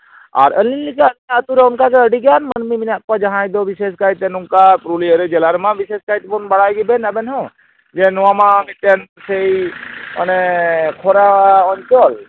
ᱟᱨ ᱟᱹᱞᱤᱧ ᱞᱮᱠᱟ ᱟᱹᱛᱩᱨᱮ ᱚᱱᱠᱟ ᱜᱮ ᱟᱹᱰᱤ ᱜᱟᱱ ᱢᱟᱹᱱᱢᱤ ᱢᱮᱱᱟᱜ ᱠᱚᱣᱟ ᱡᱟᱦᱟᱸᱭ ᱫᱚ ᱵᱤᱥᱮᱥ ᱠᱟᱭᱛᱮ ᱱᱚᱝᱠᱟ ᱯᱩᱨᱩᱞᱤᱭᱟᱹ ᱡᱮᱞᱟ ᱨᱮᱢᱟ ᱵᱤᱥᱮᱥ ᱠᱟᱭᱛᱮ ᱵᱟᱲᱟᱭ ᱜᱮᱵᱮᱱ ᱟᱵᱮᱱ ᱦᱚᱸ ᱡᱮ ᱱᱚᱣᱟ ᱢᱟ ᱢᱤᱫᱴᱮᱱ ᱥᱮᱭ ᱢᱟᱱᱮ ᱠᱷᱚᱨᱟ ᱚᱧᱪᱚᱞ